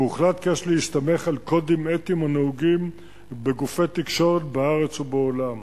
והוחלט כי יש להסתמך על קודים אתיים הנהוגים בגופי תקשורת בארץ ובעולם